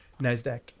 Nasdaq